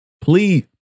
Please